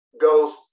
goes